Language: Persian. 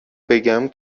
بگم